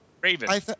Raven